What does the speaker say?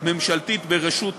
ממשלתית בראשות